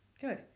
Good